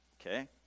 Okay